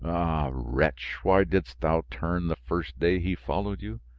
ah! wretch! why didst thou turn the first day he followed you?